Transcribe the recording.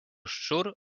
szczur